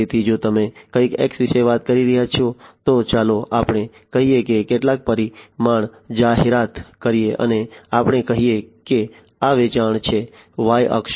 તેથી જો તમે કંઈક X વિશે વાત કરી રહ્યા છો તો ચાલો આપણે કહીએ કે કેટલાક પરિમાણ જાહેરાત કરીએ અને આપણે કહીએ કે આ વેચાણ છે Y અક્ષ